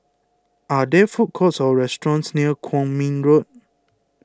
are there food courts or restaurants near Kwong Min Road